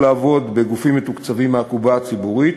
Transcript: לעבוד בגופים מתוקצבים מהקופה הציבורית,